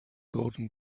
gordon